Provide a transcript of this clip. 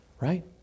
right